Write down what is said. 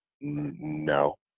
no